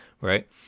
right